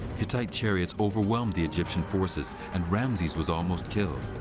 hittite chariots overwhelmed the egyptian forces, and ramses was almost killed.